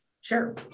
Sure